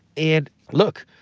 and look,